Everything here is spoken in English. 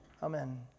Amen